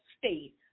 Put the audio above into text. state